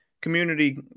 community